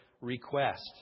request